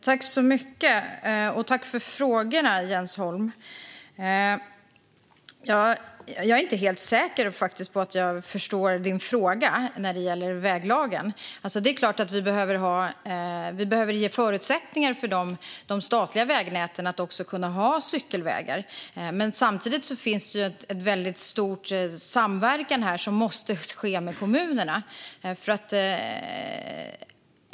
Herr talman! Tack för frågorna, Jens Holm! Jag är inte helt säker på att jag förstår din fråga vad gäller väglagen. Vi behöver självfallet ge förutsättningar för de statliga vägnäten att ha cykelvägar. Men samtidigt måste det finnas stor samverkan med kommunerna.